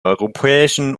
europäischen